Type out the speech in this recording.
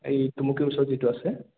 এই টুমুকীৰ ওচৰত যিটো আছে